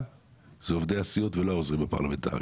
זה עובדי הסיעות ולא העוזרים הפרלמנטריים.